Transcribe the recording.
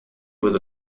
was